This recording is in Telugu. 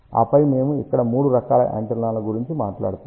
ఆపై మేము ఇక్కడ మూడు రకాల యాంటెన్నా గురించి మాట్లాడతాము